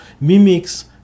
mimics